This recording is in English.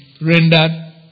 Rendered